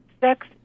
sex